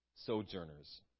sojourners